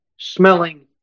smelling